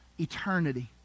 eternity